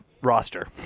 roster